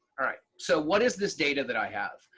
all right. so what is this data that i have?